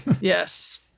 yes